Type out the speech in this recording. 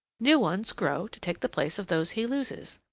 new ones grow to take the place of those he loses.